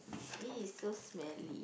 !ee! so smelly